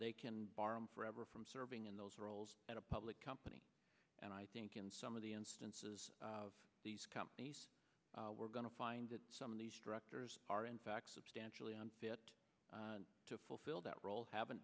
they can borrow forever from serving in those roles at a public company and i think in some of the instances of these companies we're going to find that some of these directors are in fact substantially unfit to fulfill that role haven't